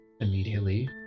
immediately